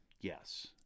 yes